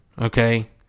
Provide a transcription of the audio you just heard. okay